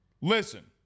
Listen